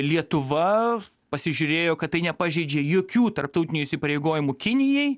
lietuva pasižiūrėjo kad tai nepažeidžia jokių tarptautinių įsipareigojimų kinijai